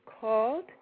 called